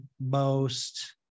most-